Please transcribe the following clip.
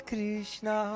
Krishna